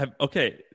Okay